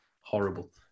horrible